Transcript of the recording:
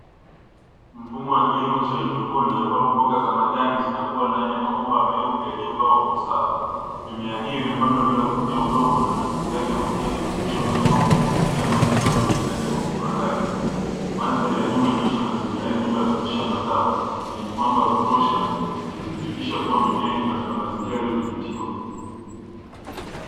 Mfumo wa kilimo cha haidroponi ambapo mboga za majani zinakua ndani ya mabomba meupe yaliyopangwa kwa usawa. Mimea hiyo imepandwa bila kutumia udongo na mizizi yake hupokea virutubisho moja kwa moja kupitia maji yanayopita ndani ya mabomba hayo. Mandhari ya nyuma inaonyesha mazingira ya nyumba ya kuoteshea mazao yenye mwanga wa kutosha, ikithibitisha kuwa mimea iko kwenye mazingira yaliyodhibitiwa.